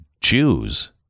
Jews